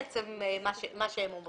מה שהם אומרים.